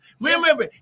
remember